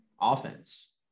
offense